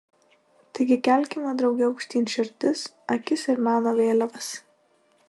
taigi kelkime drauge aukštyn širdis akis ir meno vėliavas